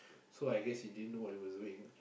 so I guess he didn't know what he was doing